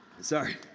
Sorry